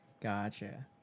Gotcha